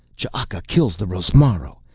ch'aka kills the rosmaro!